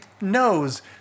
knows